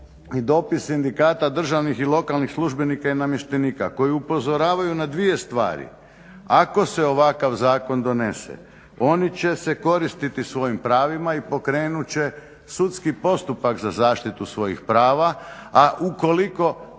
i dopis sindikata državnih i lokalnih službenika i namještenika koji upozoravaju na dvije stvari. Ako se ovakav zakon donese oni će se koristiti svojim pravima i pokrenut će sudski postupak za zaštitu svojih prava a ukoliko